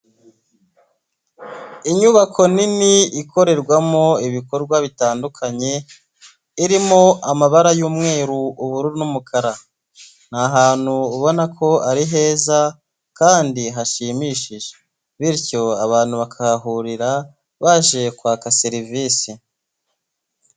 Inyubako nini ikorerwamo ibikorwa bitandukanye irimo amabara y'umweru, ubururu n'umukara ni ahantu ubona ko ari heza kandi hashimishije bityo abantu bakahahurira baje kwaka serivisi.